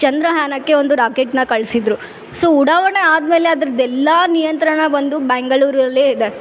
ಚಂದ್ರಯಾನಕ್ಕೆ ಒಂದು ರಾಕೆಟ್ನ ಕಳಿಸಿದ್ರು ಸೊ ಉಡಾವಣೆ ಆದಮೇಲೆ ಅದ್ರದ್ದು ಎಲ್ಲ ನಿಯಂತ್ರಣ ಬಂದು ಬೆಂಗಳೂರು ಅಲ್ಲೇ ಇದೆ